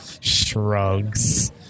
shrugs